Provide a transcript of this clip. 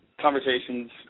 conversations –